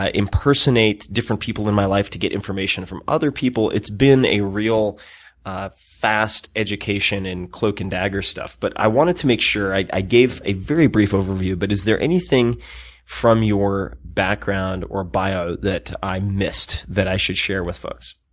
impersonate different people in my life to get information from other people. it's been a real fast education in cloak-and-dagger stuff. but i wanted to make sure i i gave a very brief overview. but is there anything from your background or bio that i missed, that i should share with folks?